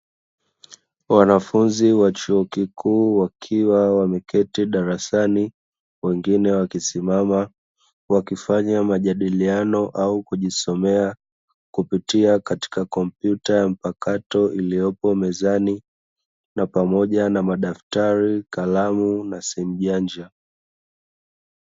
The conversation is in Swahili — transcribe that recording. Wanafunzi wa chuo kikuu wakiwa wameketi darasani wengine wakisimama, wakifanya majadiliano au kujisomea kupitia katika kompyuta ya mpakato iliyopo mezani na pamoja na madaftari, kalamu na simu janja.